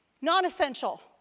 Non-essential